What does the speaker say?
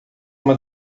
uma